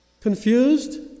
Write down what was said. Confused